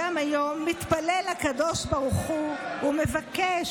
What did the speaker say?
גם היום מתפלל לקדוש ברוך הוא ומבקש